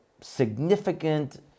significant